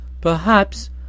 Perhaps